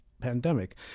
pandemic